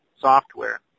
software